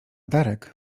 darek